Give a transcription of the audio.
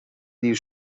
دیر